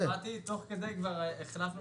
שמעתי תוך כדי והחלטנו שכולם מוזמנים.